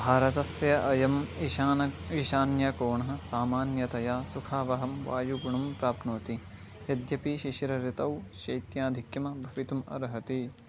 भारतस्य अयम् ईषान्यम् ईषान्यकोणः सामान्यतया सुखावहं वायुगुणं प्राप्नोति यद्यपि शिशिरर्तौ शैत्याधिक्यं भवितुम् अर्हति